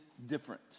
Different